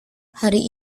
hari